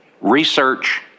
Research